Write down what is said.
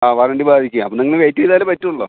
ആ വാറൻ്റി ബാധിക്കും അപ്പം നിങ്ങൾ വെയ്റ്റ് ചെയ്താലെ പറ്റുകയുള്ളു